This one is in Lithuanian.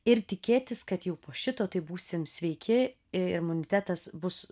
ir tikėtis kad jau po šito tai būsim sveiki imunitetas bus